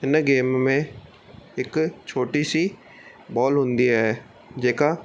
हिन गेम में हिकु छोटी सी बॉल हूंदी आहे जेका